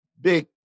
big